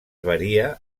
varia